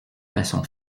façon